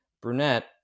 Brunette